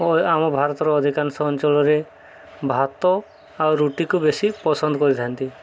ଓ ଆମ ଭାରତର ଅଧିକାଂଶ ଅଞ୍ଚଳରେ ଭାତ ଆଉ ରୁଟିକୁ ବେଶି ପସନ୍ଦ କରିଥାନ୍ତି